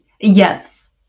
Yes